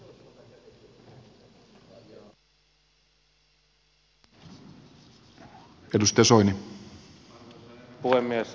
arvoisa herra puhemies